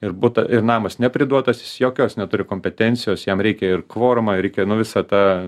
ir butą ir namas nepriduotas jis jokios neturi kompetencijos jam reikia ir kvorumą reikia nu visą tą